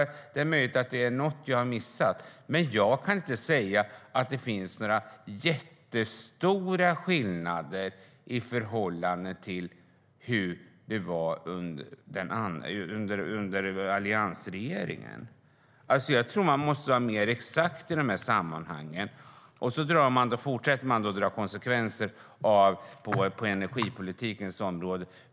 Det är möjligt att det är något jag har missat, men jag kan inte säga att det finns några jättestora skillnader i förhållande till hur det var under alliansregeringen. Jag tror att man måste vara mer exakt i de här sammanhangen. Man fortsätter med att tala om konsekvenser på energipolitikens område.